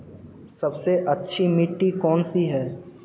सबसे अच्छी मिट्टी कौन सी है?